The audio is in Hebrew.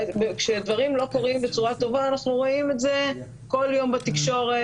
כשדברים לא קורים בצורה טובה אנחנו רואים את זה כל יום בתקשורת,